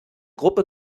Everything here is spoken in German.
gruppe